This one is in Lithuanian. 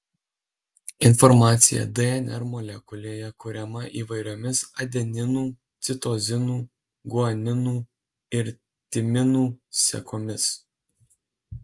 informacija dnr molekulėje kuriama įvairiomis adeninų citozinų guaninų ir timinų sekomis